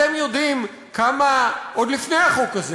אתם יודעים כמה, עוד לפני החוק הזה